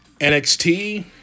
NXT